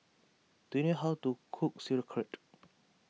do you know how to cook Sauerkraut